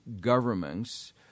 governments